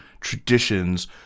traditions